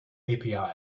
api